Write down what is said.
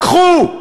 תתפכחו.